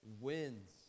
wins